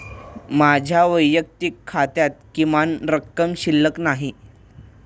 माझ्या वैयक्तिक खात्यात किमान रक्कम शिल्लक नाही